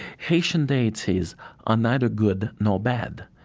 haitian deities are neither good nor bad.